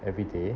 everyday